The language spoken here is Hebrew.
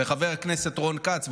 חבר הכנסת רון כץ,